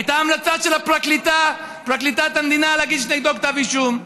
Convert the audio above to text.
הייתה המלצה של פרקליטת המדינה להגיש נגדו כתב אישום.